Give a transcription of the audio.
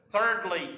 Thirdly